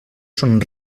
són